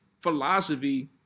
philosophy